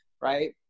right